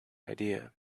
idea